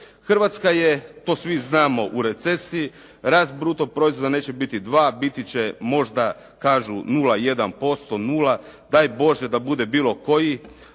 Hrvatska je to svi znamo u recesiji, rast bruto proizvoda neće biti 2, biti će kažu možda 0,1%, 0. Daj Bože da bude bilo koji